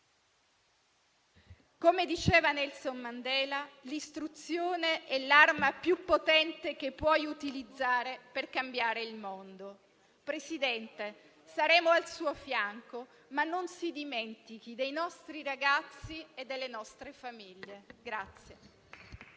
Come diceva Nelson Mandela, «l'istruzione è l'arma più potente che puoi utilizzare per cambiare il mondo». Signor Presidente, saremo al suo fianco, ma non si dimentichi dei nostri ragazzi e delle nostre famiglie.